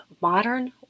modern